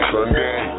Sunday